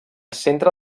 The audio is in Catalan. centre